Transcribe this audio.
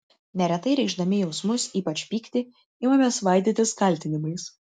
neretai reikšdami jausmus ypač pyktį imame svaidytis kaltinimais